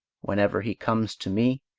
whenever he comes to me,